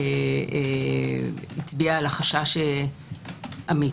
הצביעה על החשש עמית,